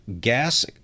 gas